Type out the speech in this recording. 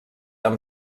amb